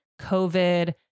COVID